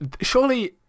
Surely